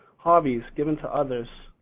hobbies, giving to others.